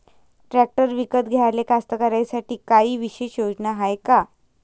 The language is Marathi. ट्रॅक्टर विकत घ्याले कास्तकाराइसाठी कायी विशेष योजना हाय का?